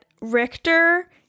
richter